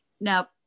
Now